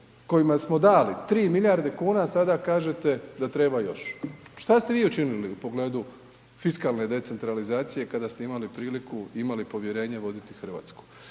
kojima smo dali 3 milijarde kuna sada kažete da treba još. Šta ste vi učinili u pogledu fiskalne decentralizacije kada ste imali priliku i imali povjerenje voditi Hrvatsku?